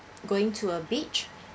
going to a beach